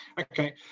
Okay